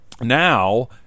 Now